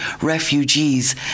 refugees